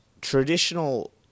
traditional